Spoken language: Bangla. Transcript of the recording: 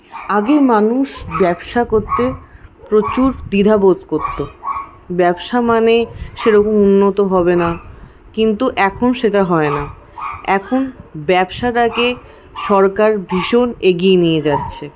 আগে মানুষ ব্যবসা করতে প্রচুর দ্বিধাবোধ করতো ব্যবসা মানে সেরকম উন্নত হবেনা কিন্তু এখন সেটা হয়না এখন ব্যবসাটাকে সরকার ভীষণ এগিয়ে নিয়ে যাচ্ছে